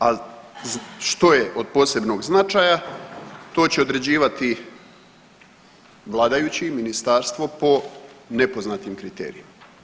A što je od posebnog značaja to će određivati vladajući i ministarstvo po nepoznatim kriterijima.